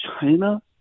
China